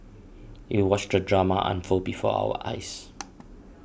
we watched the drama unfold before our eyes